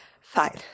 Fine